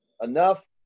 enough